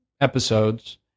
episodes